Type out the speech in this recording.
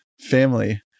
family –